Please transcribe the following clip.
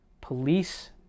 police